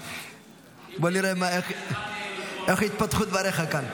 בוא נראה איך יתפתחו דבריך כאן.